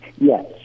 Yes